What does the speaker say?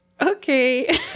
okay